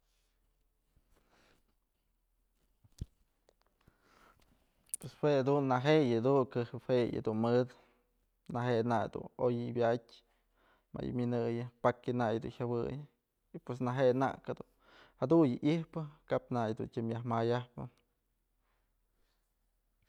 Pues jue dun najeyë dun këj jue yëdun mëd naje'e nak dun oy wa'atyë mayë mineyën pakya nak yëdun jawey pues naje nak jedun jadyë ijpë kap nak dun tyëm yaj mayajpë.